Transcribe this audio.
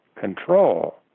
control